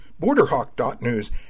Borderhawk.news